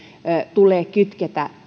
tulee kytkeä